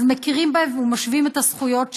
אז מכירים בהם ומשווים את הזכויות שלהם,